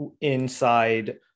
inside